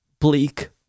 Bleak